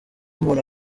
umuntu